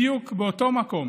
בדיוק באותו מקום